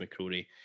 McCrory